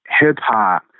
hip-hop